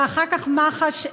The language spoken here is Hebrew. ואחר כך מח"ש,